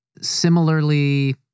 similarly